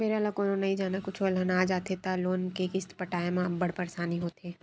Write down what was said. बेरा ल कोनो नइ जानय, कुछु अलहन आ जाथे त लोन के किस्त पटाए म अब्बड़ परसानी होथे